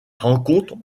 rencontres